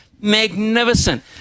Magnificent